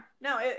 no